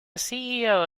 ceo